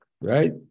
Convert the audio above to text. Right